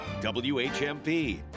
whmp